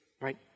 Right